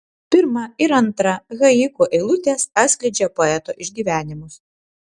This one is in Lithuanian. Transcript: pirma ir antra haiku eilutės atskleidžia poeto išgyvenimus